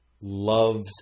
loves